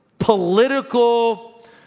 political